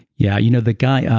yeah, you know the guy, ah